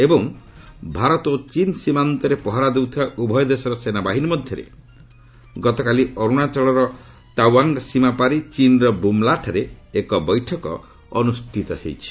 ଏବଂ ଭାରତ ଓ ଚୀନ୍ ସୀମାନ୍ତରେ ପହରା ଦେଉଥିବା ଉଭୟ ଦେଶର ସେନାବାହିନୀ ମଧ୍ୟରେ ଗତକାଲି ଅରୁଣା ଚଳର ତାୱାଙ୍ଗ୍ ସୀମାପାରି ଚୀନ୍ର ବୁମ୍ ଲା ଠାରେ ଏକ ବୈଠକ ଅନୁଷ୍ଠିତ ହୋଇଛି